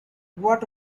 what